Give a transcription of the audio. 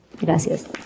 Gracias